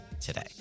today